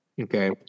Okay